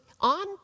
on